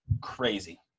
Crazy